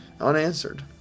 unanswered